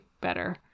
better